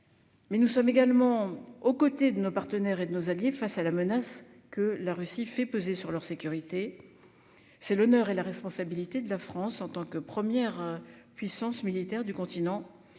Nous sommes également aux côtés de nos partenaires et de nos alliés pour faire face à la menace que la Russie fait peser sur leur sécurité. C'est l'honneur et la responsabilité de la France, en tant que première puissance militaire du continent,